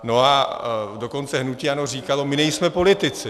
No a dokonce hnutí ANO říkalo my nejsme politici!